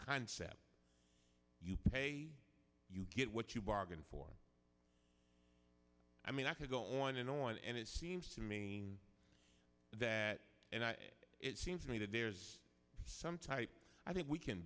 says you pay you get what you bargained for i mean i could go on and on and it seems to me that and it seems to me that there's some type i think we can